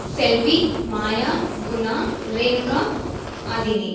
Selvi Maya Guna Renuka Aadhini